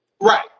Right